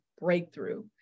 breakthrough